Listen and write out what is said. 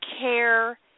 care